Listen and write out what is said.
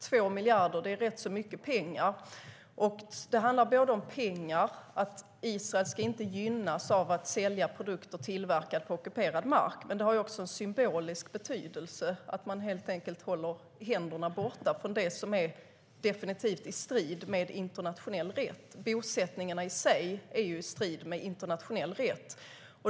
2 miljarder är ganska mycket pengar. Det handlar om att Israel inte ska gynnas av att sälja produkter som är tillverkade på ockuperad mark, men det har också en symbolisk betydelse. Man ska helt enkelt hålla händerna borta från det som definitivt är i strid med internationell rätt. Bosättningarna i sig är i strid med internationell rätt.